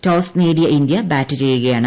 toss നേടിയ India bat ചെയ്യുകയാണ്